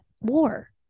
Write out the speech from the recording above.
war